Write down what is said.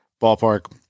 ballpark